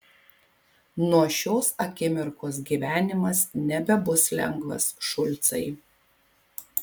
nuo šios akimirkos gyvenimas nebebus lengvas šulcai